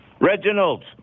Reginald